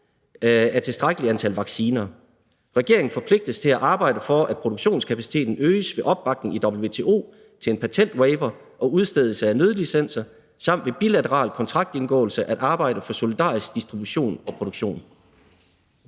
et tilstrækkeligt antal vacciner. Regeringen forpligtes til at arbejde for, at produktionskapaciteten øges ved opbakning i WTO til en patentwaiver og udstedelse af nødlicenser, samt ved bilateral kontraktindgåelse at arbejde for solidarisk distribution og produktion.«